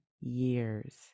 years